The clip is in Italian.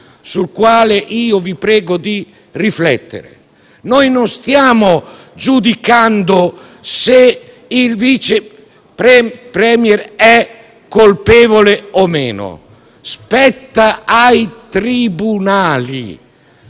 sul quale vi prego di riflettere. Noi non stiamo giudicando se il vicepremier è colpevole o no. Spetta ai tribunali,